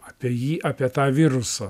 apie jį apie tą virusą